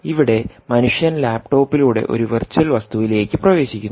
ഇവിടെ മനുഷ്യൻ ലാപ്ടോപ്പിലൂടെ ഒരു വെർച്വൽ വസ്തുവിലേക്ക് പ്രവേശിക്കുന്നു